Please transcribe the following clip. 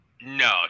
No